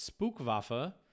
Spookwaffe